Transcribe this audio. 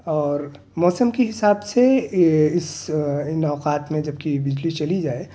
اور موسم کے حساب سے اس ان اوقات میں جب کہ بجلی چلی جائے